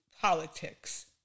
politics